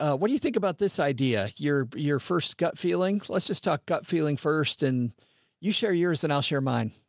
ah what do you think about this idea? your, your first gut feeling? let's just talk gut feeling first and you share yours and i'll share mine.